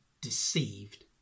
deceived